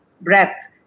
breath